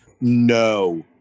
No